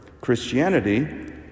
Christianity